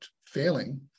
failing